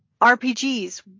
RPGs